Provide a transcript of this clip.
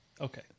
Okay